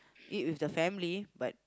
eat with the family but